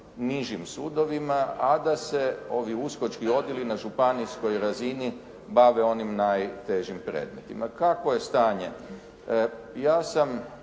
nižim sudovima, a da se ovi USKOK-čki udjeli na županijskoj razini bave onim najtežim predmetima. Kakvo je stanje? Ja sam